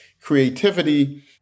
creativity